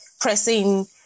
pressing